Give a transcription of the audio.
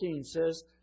says